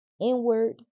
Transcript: inward